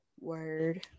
Word